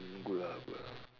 good ah good ah